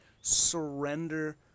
surrender